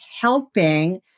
helping